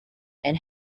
and